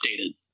updated